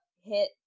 hit